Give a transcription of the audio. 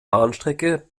bahnstrecke